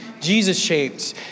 Jesus-shaped